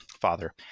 father